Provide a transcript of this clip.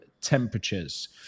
temperatures